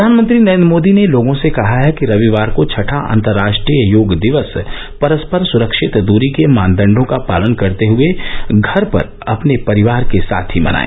प्रधानमंत्री नरेन्द्र मोदी ने लोगों से कहा है कि रविवार को छठा अंतरराष्ट्रीय योग दिवस पररस्पर सुरक्षित दूरी के मानदंडों का पालन करते हए घर पर अपने परिवार के साथ ही मनाए